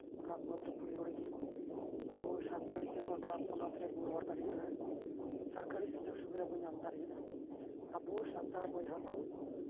ᱚᱱᱟᱜᱮ ᱯᱳᱭᱞᱳ ᱨᱮᱜᱮ ᱥᱟᱱᱛᱟᱲᱤᱛᱮ ᱜᱳᱴᱟ ᱯᱚᱱᱚᱛ ᱨᱮᱵᱚᱱ ᱨᱚᱲ ᱫᱟᱲᱮᱭᱟᱜᱼᱟ ᱥᱚᱨᱠᱟᱨᱤ ᱥᱩᱡᱳᱜ ᱥᱩᱵᱤᱫᱷᱟ ᱵᱚᱱ ᱧᱟᱢ ᱫᱟᱲᱮᱭᱟᱜᱼᱟ ᱟᱵᱚ ᱥᱟᱱᱛᱟᱲ ᱵᱚᱭᱦᱟ ᱠᱚ